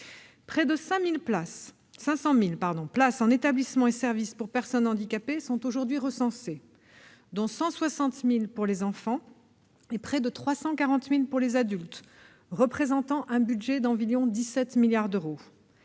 Près de 500 000 places en établissements et services pour personnes handicapées sont aujourd'hui recensées, dont 160 000 pour les enfants et près de 340 000 pour les adultes. Cela représente un budget d'environ 17 milliards d'euros.